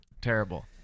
Terrible